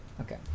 Okay